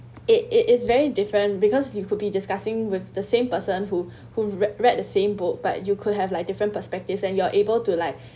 it it is very different because you could be discussing with the same person who who've read the same book but you could have like different perspectives and you are able to like